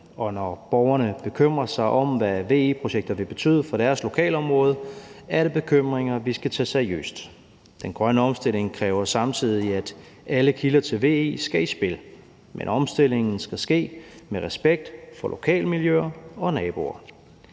når borgerne bekymrer sig om, hvad VE-projekter vil betyde for deres lokalområde, er det bekymringer, vi skal tage seriøst. Den grønne omstilling kræver samtidig, at alle kilder til VE skal i spil, men omstillingen skal ske med respekt for lokalmiljøer og naboer.